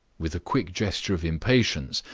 with a quick gesture of impatience,